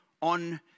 on